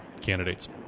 candidates